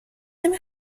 نمی